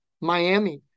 Miami